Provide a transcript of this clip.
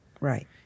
Right